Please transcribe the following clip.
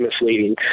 misleading